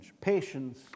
Patience